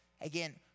Again